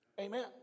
Amen